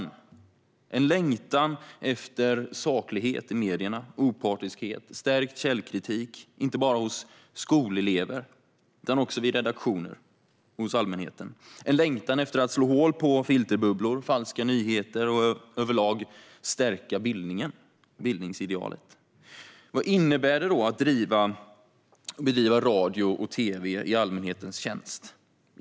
Det är en längtan efter saklighet i medierna - opartiskhet, stärkt källkritik, inte bara hos skolelever utan också vid redaktioner och allmänheten. Det är en längtan efter att slå hål på filterbubblor och falska nyheter och att över lag stärka bildningen och bildningsidealet. Vad innebär det då att bedriva radio och tv i allmänhetens tjänst?